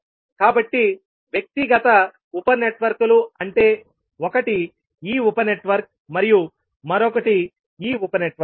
కాబట్టి వ్యక్తిగత ఉప నెట్వర్క్లు అంటే ఒకటి ఈ ఉప నెట్వర్క్ మరియు మరొకటి ఈ ఉపనెట్వర్క్